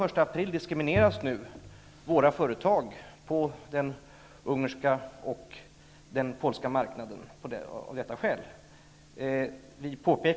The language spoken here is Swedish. Av detta skäl diskrimineras svenska företag på de ungerska och polska marknaderna sedan den 1 april.